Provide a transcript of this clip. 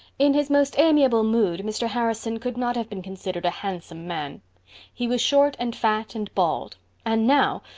in his most amiable mood mr. harrison could not have been considered a handsome man he was short and fat and bald and now,